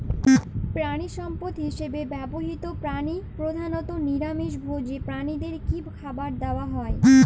প্রাণিসম্পদ হিসেবে ব্যবহৃত প্রাণী প্রধানত নিরামিষ ভোজী প্রাণীদের কী খাবার দেয়া হয়?